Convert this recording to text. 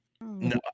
No